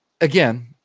again